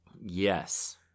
Yes